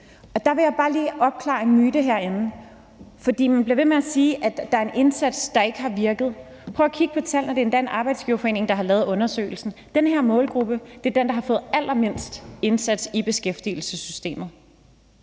Der vil jeg bare lige aflive en myte herinde. Man bliver ved med at sige, at der er en indsats, der ikke har virket. Men prøv at kigge på tallene, og det er endda en arbejdsgiverforening, der har lavet undersøgelsen: Den her målgruppe er den, der har fået allermindst indsats i beskæftigelsessystemet.